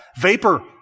vapor